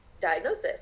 diagnosis